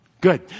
Good